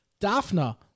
Daphna